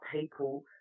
people